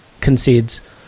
concedes